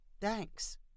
Thanks